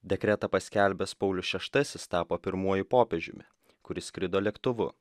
dekretą paskelbęs paulius šeštasis tapo pirmuoju popiežiumi kuris skrido lėktuvu